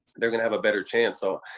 they're gonna have a better chance. so,